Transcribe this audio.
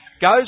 goes